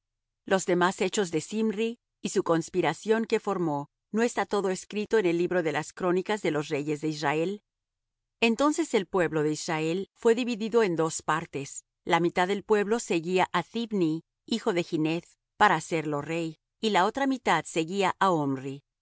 los demás hechos de zimri y su conspiración que formó no está todo escrito en el libro de las crónicas de los reyes de israel entonces el pueblo de israel fué dividido en dos partes la mitad del pueblo seguía á thibni hijo de gineth para hacerlo rey y la otra mitad seguía á omri